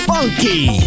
Funky